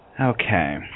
Okay